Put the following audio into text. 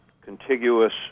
contiguous